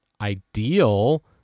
ideal